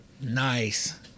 Nice